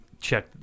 check